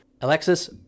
Alexis